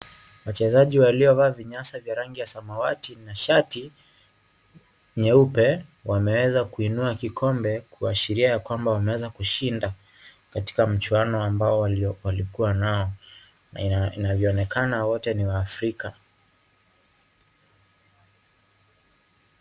Wachezaji waliovaa vinyasa vya rangi ya samawati na shati nyeupe, wameweza kuinua kikombe. Kuashiria ya kwamba wameweza kushinda, katika mchuano ambao walikuwa nao na inavyoonekana wote ni Waafrika.